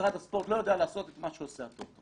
משרד הספורט לא יודע לעשות את מה שעושה הטוטו.